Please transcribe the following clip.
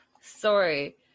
Sorry